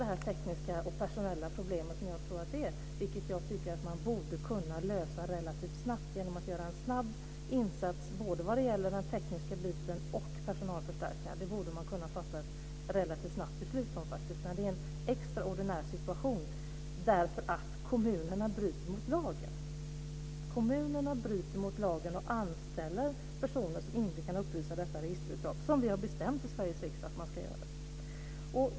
De tekniska och personella problem som jag tror finns tycker jag att man borde kunna lösa relativt snabbt genom att göra en snabb insats vad gäller både den tekniska biten och personalförstärkningar. Det borde man faktiskt kunna fatta ett relativt snabbt beslut om när det uppstått en extraordinär situation därför att kommunerna bryter mot lagen. Kommunerna bryter mot lagen och anställer personer som inte kan uppvisa det registerutdrag som vi har bestämt i Sveriges riksdag att man ska göra.